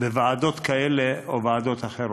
בוועדות כאלה או אחרות.